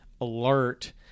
alert